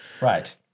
Right